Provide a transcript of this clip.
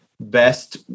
best